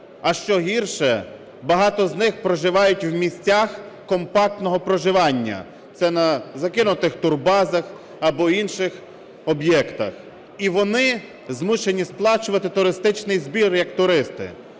а що гірше, багато з них проживають в місцях компактного проживання, це на закинутих турбазах або інших об'єктах, і вони змушені сплачувати туристичний збір як туристи.